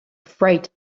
afraid